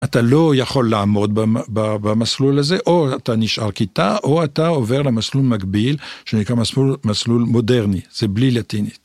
אתה לא יכול לעמוד במסלול הזה, או אתה נשאר כיתה, או אתה עובר למסלול מקביל שנקרא מסלול מודרני, זה בלי לטינית.